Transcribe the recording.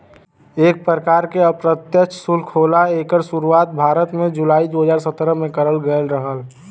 एक परकार के अप्रत्यछ सुल्क होला एकर सुरुवात भारत में जुलाई दू हज़ार सत्रह में करल गयल रहल